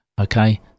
Okay